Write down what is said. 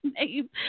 name